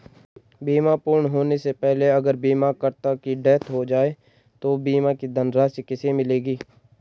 बीमा पूर्ण होने से पहले अगर बीमा करता की डेथ हो जाए तो बीमा की धनराशि किसे मिलेगी?